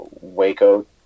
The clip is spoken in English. Waco